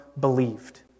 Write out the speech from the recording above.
believed